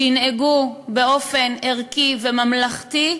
שינהגו באופן ערכי וממלכתי,